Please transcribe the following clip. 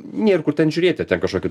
nėr kur ten žiūrėti ten kažkokį